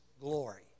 glory